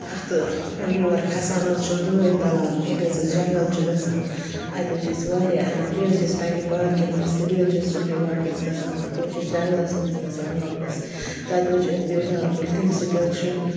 اَتھٕ یور کھَسان حظ چھِ دٲدۍ بَلان ییٚلہِ حظ أسۍ جنٛگَل چھِ گژھان اَتہِ حظ چھِ أسۍ واریاہ اَنان بیٚیہِ حظ چھِ أسۍ پںٛںہِ پارکہِ منٛز تہٕ بیٚیہِ حظ چھِ أسۍ صُبحٲے واکَس گژھان پَتہٕ حظ چھِ أسۍ جںٛگلَس منٛز گژھان واکَس تَتہِ حظ چھِ أسۍ دِودار کُلۍ تمہِ سۭتۍ حظ چھِ